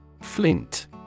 Flint